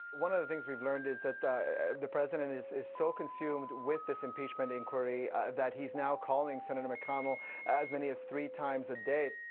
one of the things we've learned is that the the president is is so consumed with this impeachment inquiry that he's now calling senator mcconnell as many as three times a day.